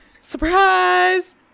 Surprise